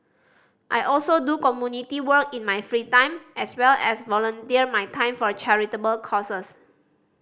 I also do community work in my free time as well as volunteer my time for charitable causes